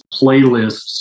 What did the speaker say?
playlists